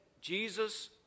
Jesus